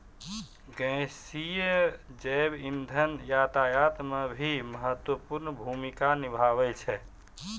गैसीय जैव इंधन यातायात म भी महत्वपूर्ण भूमिका निभावै छै